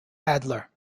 adler